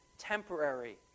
temporary